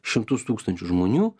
šimtus tūkstančių žmonių